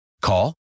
Call